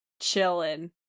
chilling